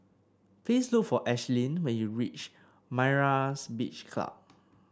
please look for Ashlyn when you reach Myra's Beach Club